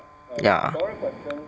ya